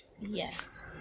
Yes